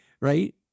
right